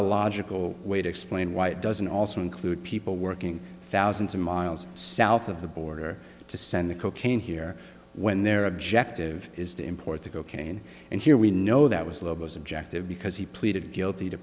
a logical way to explain why it doesn't also include people working thousands of miles south of the border to send the cocaine here when their objective is to import the cocaine and here we know that was lobo's objective because he pleaded guilty to